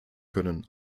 können